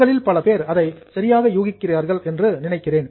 உங்களில் பல பேர் அதை சரியாக யூகிக்கிறார்கள் என்று நினைக்கிறேன்